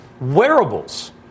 Wearables